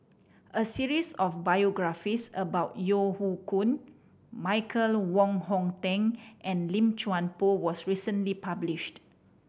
a series of biographies about Yeo Hoe Koon Michael Wong Hong Teng and Lim Chuan Poh was recently published